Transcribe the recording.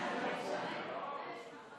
קבוצת סיעת יהדות התורה,